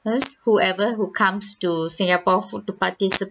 whoever who comes to singapore fo~ to participate